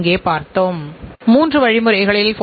வாடிக்கையாளரும் மிகவும் மகிழ்ச்சியாக இருப்பார்